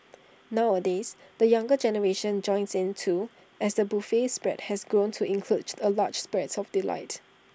nowadays the younger generation joins in too as the buffet spread has grown to include A large spread of delights